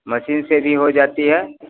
machine से भी हो जाती है